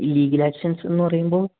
ഈ ലീഗൽ ആക്ഷൻസ്ന്ന് പറയുമ്പോൾ